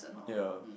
ya